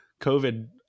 covid